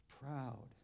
proud